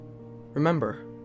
Remember